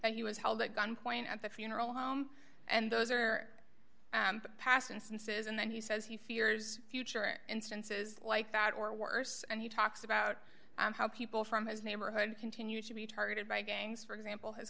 and he was held at gunpoint at the funeral home and those are the past instances and then he says he fears future and senses like that or worse and he talks about how people from his neighborhood continue to be targeted by gangs for example h